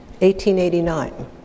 1889